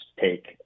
take